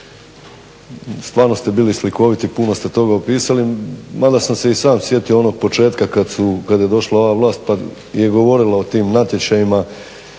Stvarno ste bili slikoviti, puno ste toga opisali mada sam se i sam sjetio onog početka kad je došla ova vlast pa je govorila o tim natječajima